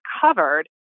covered